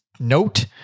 note